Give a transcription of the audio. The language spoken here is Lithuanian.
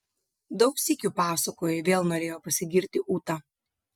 daug sykių pasakojai vėl norėjo pasigirti ūta